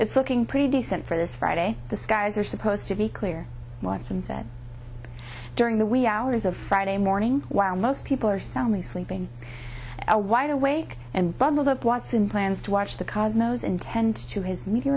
it's looking pretty decent for this friday the skies are supposed to be clear watson said during the wee hours of friday morning while most people are soundly sleeping a wide awake and bubbled up once in plans to watch the those intend to his media